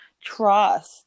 trust